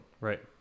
Right